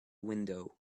window